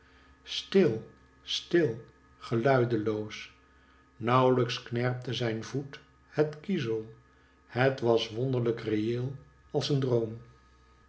stil stil geluideloos nauwlijks knerpte zijn voet het kiezel het was wonderiijk reeel als een droom